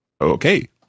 Okay